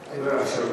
תודה.